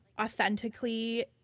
authentically